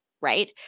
right